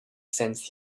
sensed